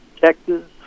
Texas